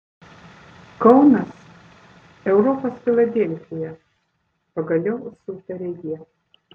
kaunas europos filadelfija pagaliau sutarė jie